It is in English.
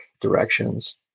directions